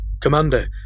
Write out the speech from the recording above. Commander